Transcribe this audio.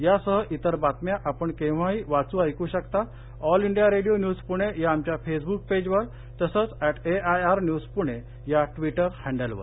यासह इतर बातम्या आपण केव्हाही वाचू ऐकू शकता all India radio news Pune या आमच्या फेसबुक पेजवर तसंच अध्येए आय आर न्यूज पुणे या ट्विटर हड्लेवर